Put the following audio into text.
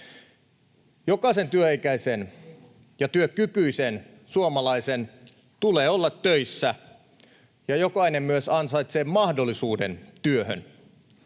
Jokaisen työikäisen ja työkykyisen suomalaisen tulee olla töissä, ja jokainen myös ansaitsee mahdollisuuden työhön.